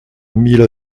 mille